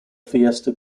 fiesta